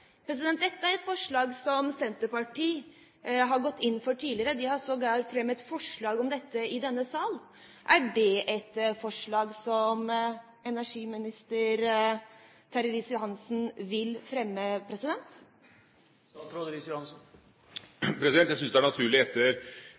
Dette er et forslag som Senterpartiet har gått inn for tidligere. De har sågar fremmet forslag om dette i denne sal. Er det et forslag som energiminister Terje Riis-Johansen vil fremme?